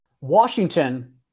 Washington